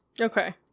Okay